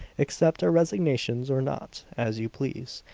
accept our resignations or not, as you please,